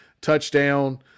touchdown